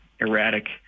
erratic